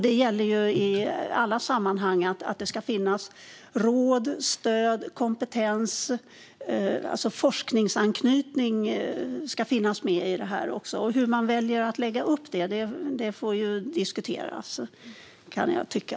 Det gäller i alla sammanhang att det ska finnas råd, stöd och kompetens. Forskningsanknytning ska också finnas med i detta. Hur man väljer att lägga upp det får diskuteras, kan jag tycka.